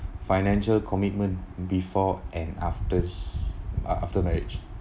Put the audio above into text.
financial commitment before and after uh after marriage